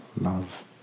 love